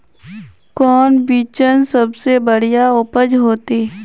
कौन बिचन सबसे बढ़िया उपज होते?